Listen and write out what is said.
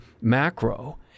macro